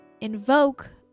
Invoke